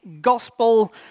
gospel